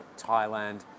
Thailand